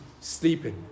sleeping